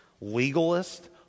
Legalist